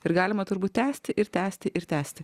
ir galima turbūt tęsti ir tęsti ir tęsti